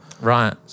Right